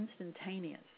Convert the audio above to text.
instantaneous